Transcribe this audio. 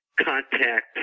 contact